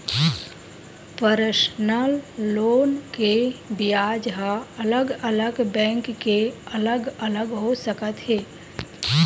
personal loan के बियाज ह अलग अलग बैंक के अलग अलग हो सकत हे